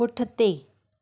पुठिते